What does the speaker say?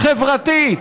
חברתית.